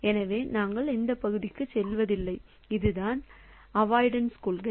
எனவே நாங்கள் அந்த பகுதிக்குச் செல்வதில்லை அதுதான் அவாய்டன்ஸ் கொள்கை